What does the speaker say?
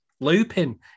looping